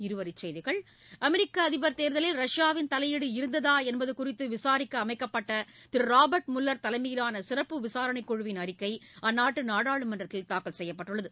இருவரி செய்திகள் அமெிக்க அதிபர் தேர்தலில் ரஷ்யாவின் தலையீடு இருந்ததா என்பது குறித்து விசாரிக்க அமைக்கப்பட்ட திரு ராபா்ட் முல்வர் தலைமையிலான சிறப்பு விசாரணை குழுவின் அறிக்கை அந்நாட்டு நாடாளுமன்றத்தில் தாக்கல் செய்யப்பட்டுள்ளது